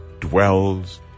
dwells